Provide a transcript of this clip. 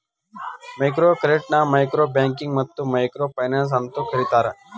micro ಕ್ರೆಡಿಟ್ನ micro banking ಮತ್ತ micro finance ಅಂತೂ ಕರಿತಾರ